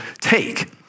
take